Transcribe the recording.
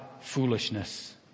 foolishness